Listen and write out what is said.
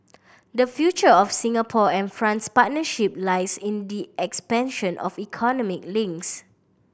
the future of Singapore and France partnership lies in the expansion of economic links